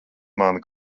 mani